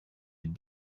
les